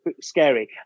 scary